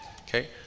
Okay